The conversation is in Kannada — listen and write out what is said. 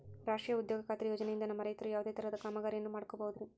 ರಾಷ್ಟ್ರೇಯ ಉದ್ಯೋಗ ಖಾತ್ರಿ ಯೋಜನೆಯಿಂದ ನಮ್ಮ ರೈತರು ಯಾವುದೇ ತರಹದ ಕಾಮಗಾರಿಯನ್ನು ಮಾಡ್ಕೋಬಹುದ್ರಿ?